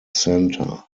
center